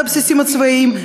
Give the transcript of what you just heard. ליד הבסיסים הצבאיים?